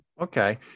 Okay